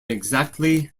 exactly